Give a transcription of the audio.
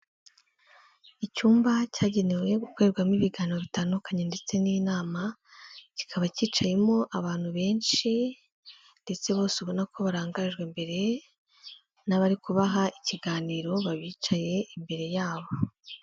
Icyumba cyagenewe gukorerwamo ibiganiro bitandukanye ndetse n'inama, kikaba cyicayemo abantu benshi ndetse bose ubona ko barangajwe imbere n'abari kubaha ikiganiro babicaye imbere yabo.